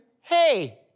hey